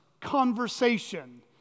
conversation